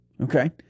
Okay